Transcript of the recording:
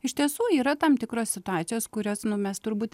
iš tiesų yra tam tikros situacijos kurias nu mes turbūt